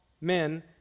men